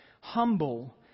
Humble